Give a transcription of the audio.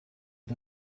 had